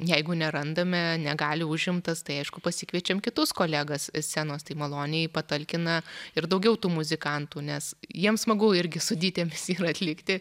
jeigu nerandame negali užimtas tai aišku pasikviečiam kitus kolegas scenos tai maloniai patalkina ir daugiau tų muzikantų nes jiem smagu irgi su dytėmis yra atlikti